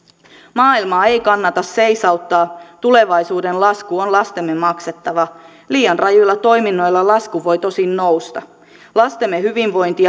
maailmaa ei kannata seisauttaa tulevaisuuden lasku on lastemme maksettava liian rajuilla toiminnoilla lasku voi tosin nousta lastemme hyvinvointi